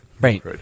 Right